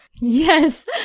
Yes